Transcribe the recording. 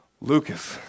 Lucas